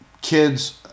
kids